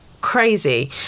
crazy